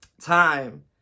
Time